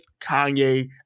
Kanye